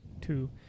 two